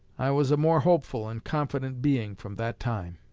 i was a more hopeful and confident being from that time.